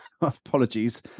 Apologies